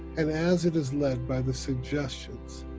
and as it is led by the suggestions